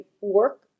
work